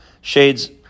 shades